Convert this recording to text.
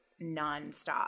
nonstop